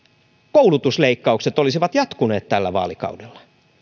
koulutusleikkaukset olisivat jatkuneet tällä vaalikaudella